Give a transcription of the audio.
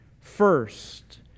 First